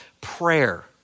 Prayer